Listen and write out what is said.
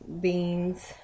beans